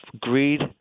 greed